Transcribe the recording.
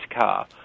car